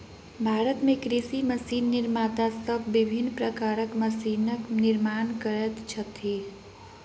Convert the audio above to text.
भारत मे कृषि मशीन निर्माता सब विभिन्न प्रकारक मशीनक निर्माण करैत छथि